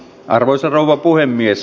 arvoisa rouva puhemies